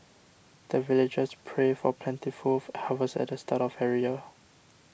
the villagers pray for plentiful harvest at the start of every year